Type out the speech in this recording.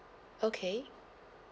okay